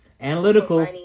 Analytical